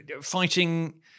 fighting